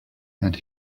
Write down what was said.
and